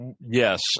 Yes